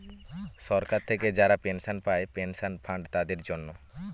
সরকার থেকে যারা পেনশন পায় পেনশন ফান্ড তাদের জন্য